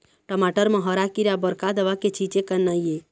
टमाटर म हरा किरा बर का दवा के छींचे करना ये?